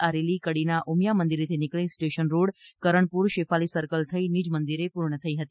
આ રેલી કડીના ઉમિયા મંદિરેથી નિકળી station road Karanpur Shefali circle થઇ નીજ મંદિરે પૂર્ણ થઇ હતી